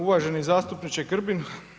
Uvaženi zastupniče Grbin.